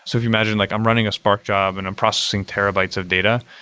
so if you imagine like i'm running a spark job and i'm processing terabytes of data,